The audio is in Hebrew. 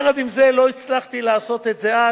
יחד עם זה, לא הצלחתי לעשות את זה אז.